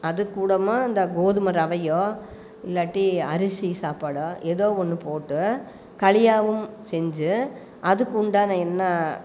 அதுக்கூட இந்த கோதுமை ரவையோ இல்லாட்டி அரிசி சாப்பாடோ ஏதோ ஒன்று போட்டு களியாகவும் செஞ்சு அதுக்கு உண்டான என்ன